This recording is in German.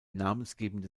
namensgebende